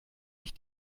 ich